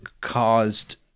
caused